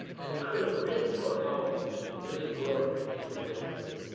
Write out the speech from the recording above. and could have ridden for hours in this glorious fairyland.